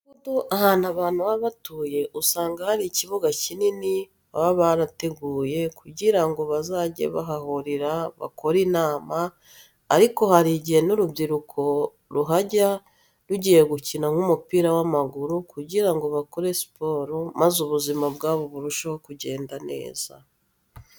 Mu midugudu ahantu abantu baba batuye usanga hari ikibuga kinini baba barateguye kugira ngo bazajye bahahurira bakore inama ariko hari igihe n'urubyiruko ruhajya rugiye gukina nk'umupira w'amaguru kugira ngo bakore siporo maze ubuzima bwabo burusheho kugenda neza.